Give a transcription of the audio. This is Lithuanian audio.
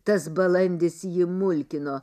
tas balandis jį mulkino